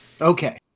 Okay